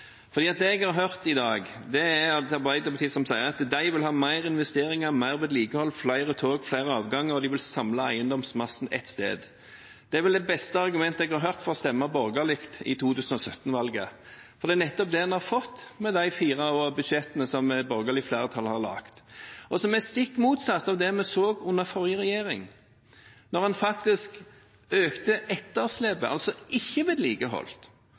det jeg har hørt i dag, er et arbeiderparti som sier at de vil ha mer investeringer, mer vedlikehold, flere tog, flere avganger og de vil samle eiendomsmassen ett sted. Det er vel det beste argumentet jeg har hørt for å stemme borgerlig ved 2017-valget. Det er nettopp det en har fått med de fire budsjettene som det borgerlige flertallet har laget – og som er stikk motsatt av det vi så under forrige regjering, da man faktisk økte etterslepet, altså ikke vedlikeholdt,